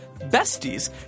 besties